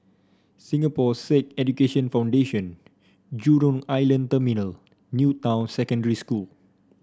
Singapore Sikh Education Foundation Jurong Island Terminal New Town Secondary School